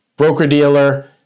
broker-dealer